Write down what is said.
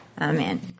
Amen